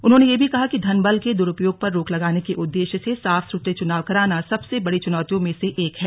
उन्होंने यह भी कहा कि धन बल के दुरुपयोग पर रोक लगाने के उद्देश्य से साफ सुथरे चुनाव कराना सबसे बड़ी चुनौतियों में से एक है